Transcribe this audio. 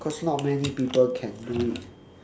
cause not many people can do it